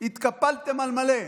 התקפלתם על מלא.